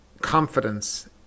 confidence